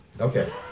Okay